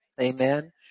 amen